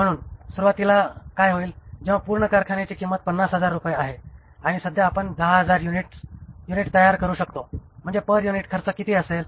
म्हणून सुरुवातीला काय होईल जेव्हा पूर्ण कारखान्याची किंमत 50000 रुपये आहे आणि सध्या आपण 10000 युनिट तयार करू शकतो म्हणजे पर युनिट खर्च किती असेल